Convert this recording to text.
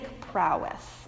prowess